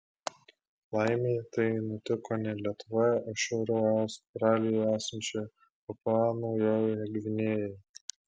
laimei tai nutiko ne lietuvoje o šiauriau australijos esančioje papua naujojoje gvinėjoje